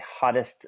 hottest